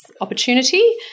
opportunity